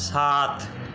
সাত